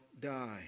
die